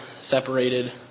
separated